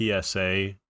PSA